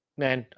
man